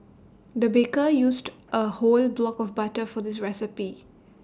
the baker used A whole block of butter for this recipe